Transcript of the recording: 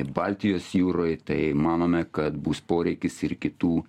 baltijos jūroj tai manome kad bus poreikis ir kitų